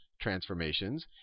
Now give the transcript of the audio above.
transformations